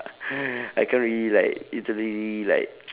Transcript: I can't really like literally like